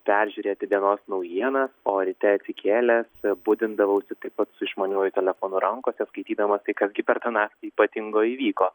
peržiūrėti dienos naujienas o ryte atsikėlęs budindavausi taip pat su išmaniuoju telefonu rankose skaitydamas tai kas gi per tą naktį ypatingo įvyko